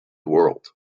world